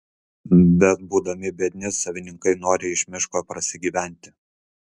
bet būdami biedni savininkai nori iš miško prasigyventi